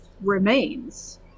remains